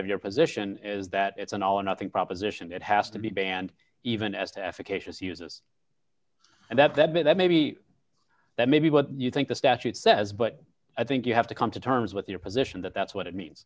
of your position is that it's an all or nothing proposition that has to be banned even as the efficacious uses and that that bit that maybe that may be what you think the statute says but i think you have to come to terms with your position that that's what it means